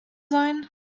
sein